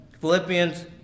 Philippians